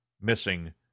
Missing